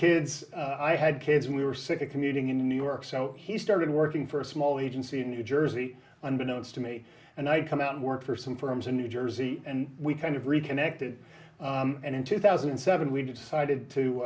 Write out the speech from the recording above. kids i had kids we were sick of commuting in new york so he started working for a small agency in new jersey and announced to me and i come out and work for some firms in new jersey and we kind of reconnected and in two thousand and seven we decided to